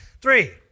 three